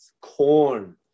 corn